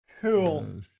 Cool